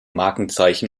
markenzeichen